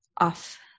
off